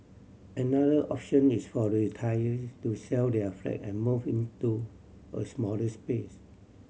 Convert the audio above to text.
another option is for retiree to sell their flat and move into a smallers place